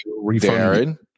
Darren